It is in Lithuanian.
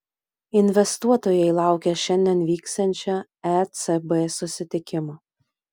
investuotojai laukia šiandien vyksiančio ecb susitikimo